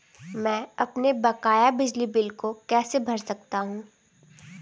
मैं अपने बकाया बिजली बिल को कैसे भर सकता हूँ?